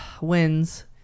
wins